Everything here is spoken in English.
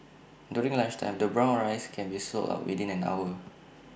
during lunchtime the brown rice can be sold out within an hour